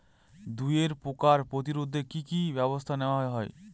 দুয়ে পোকার প্রতিরোধে কি কি ব্যাবস্থা নেওয়া হয়?